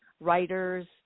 writers